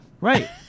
Right